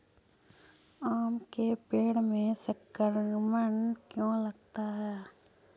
आम के पेड़ में संक्रमण क्यों लगता है?